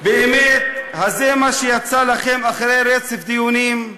באמת, זה מה שיצא לכם אחרי רצף דיונים?